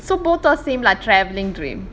so both of us same lah travelling dream